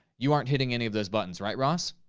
you aren't hitting any of those buttons, right ross?